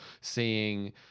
seeing